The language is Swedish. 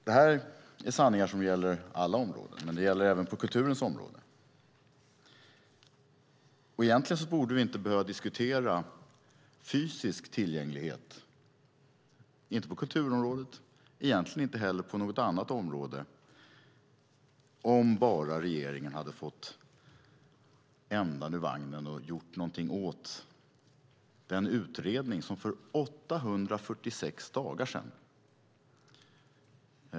Detta är sanningar som gäller alla områden, även kulturens. Egentligen skulle vi inte ha behövt diskutera fysisk tillgänglighet, inte på kulturområdet och inte på något annat område heller, om regeringen bara hade fått ändan ur vagnen och gjort något åt den utredning där remisstiden gick ut för 846 dagar sedan.